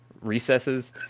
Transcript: recesses